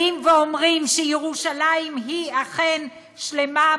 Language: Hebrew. ואומרים שירושלים היא אכן שלמה,